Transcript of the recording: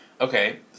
okay